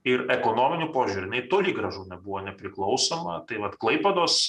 ir ekonominiu požiūriu jinai toli gražu nebuvo nepriklausoma tai vat klaipėdos